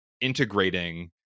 integrating